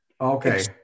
Okay